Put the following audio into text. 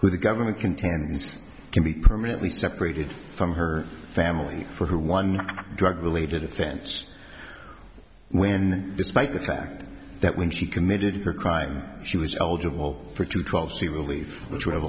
who the government contends can be permanently separated from her family for her one drug related offense when despite the fact that when she committed her crime she was eligible for two twelve c relief which would have